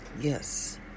yes